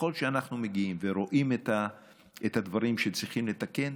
ככל שאנחנו מגיעים ורואים את הדברים שצריכים לתקן,